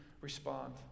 respond